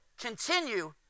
continue